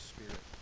Spirit